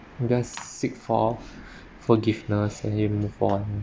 you just seek for forgiveness and you move on